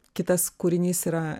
kitas kūrinys yra